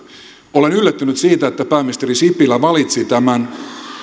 olen yllättynyt siitä että pääministeri sipilä valitsi tämän